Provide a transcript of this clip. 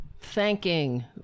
thanking